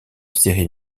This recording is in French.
série